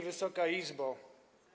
Wysoka Izbo!